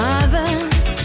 others